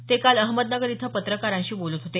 ते काल अहमदनगर इथं पत्रकारांशी बोलत होते